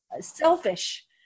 selfish